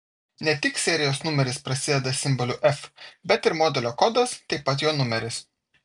ne tik serijos numeris prasideda simboliu f bet ir modelio kodas taip pat jo numeris